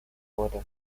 wurde